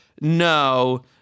No